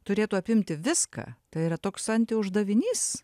turėtų apimti viską tai yra toks anti uždavinys